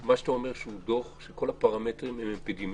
לפי מה שאתה אומר הוא דוח שכל הפרמטרים הם אפידמיולוגים.